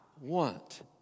want